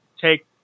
take